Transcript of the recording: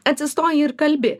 atsistoji ir kalbi